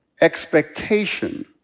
Expectation